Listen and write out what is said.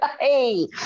Hey